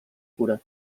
cura